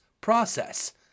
process